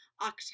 October